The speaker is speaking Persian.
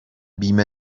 بیمه